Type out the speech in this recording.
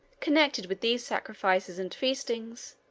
connected with these sacrifices and feastings,